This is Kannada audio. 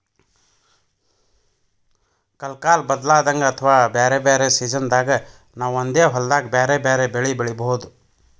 ಕಲ್ಕಾಲ್ ಬದ್ಲಾದಂಗ್ ಅಥವಾ ಬ್ಯಾರೆ ಬ್ಯಾರೆ ಸಿಜನ್ದಾಗ್ ನಾವ್ ಒಂದೇ ಹೊಲ್ದಾಗ್ ಬ್ಯಾರೆ ಬ್ಯಾರೆ ಬೆಳಿ ಬೆಳಿಬಹುದ್